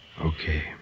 Okay